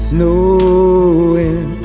Snowing